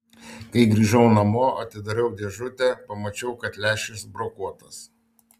kai grįžau namo atidariau dėžutę pamačiau kad lęšis brokuotas